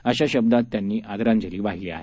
अशा शब्दात त्यांनी आदरांजली वाहिली आहे